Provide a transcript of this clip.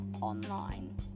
online